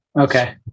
Okay